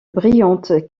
brillante